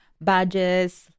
badges